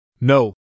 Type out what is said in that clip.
No